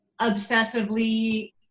obsessively